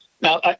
Now